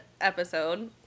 episode